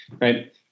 right